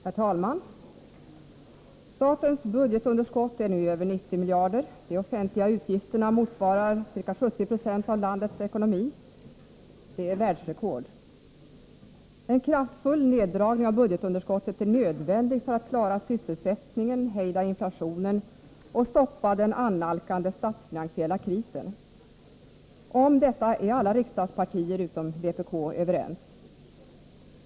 Herr talman! Statens budgetunderskott är nu över 90 miljarder. De offentliga utgifterna motsvarar ca 70 26 av landets ekonomi. Det är världsrekord. En kraftfull neddragning av budgetunderskottet är nödvändig för att klara sysselsättningen, hejda inflationen och stoppa den annalkande statsfinansiella krisen. Om detta är alla riksdagspartier utom vpk överens.